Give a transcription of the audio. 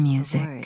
Music